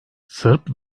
sırp